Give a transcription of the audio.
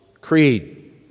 Creed